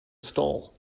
stall